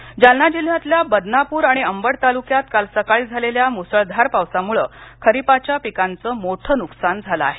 पाऊस नकसान जालना जिल्ह्यातल्या बदनाप्र आणि अंबड तालुक्यात काल सकाळी झालेल्या मुसळधार पावसामुळे खरिपाच्या पिकांचं मोठं नुकसान झालं आहे